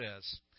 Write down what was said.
says